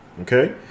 Okay